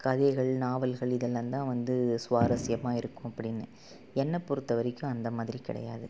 கதைகள் நாவல்கள் இதெல்லாந்தான் வந்து சுவாரசியமாக இருக்கும் அப்படின்னு என்னை பொறுத்தவரைக்கும் அந்தமாதிரி கிடையாது